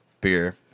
beer